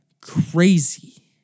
crazy